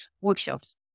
workshops